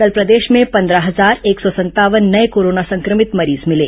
कल प्रदेश में पंद्रह हजार एक सौ संतावन नये कोरोना संक्रमित मरीज मिले